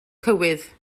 cywydd